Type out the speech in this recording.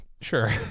Sure